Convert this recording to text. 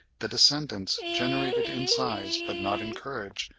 the descendants, degenerated in size but not in courage,